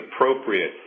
appropriate